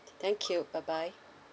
thank you bye bye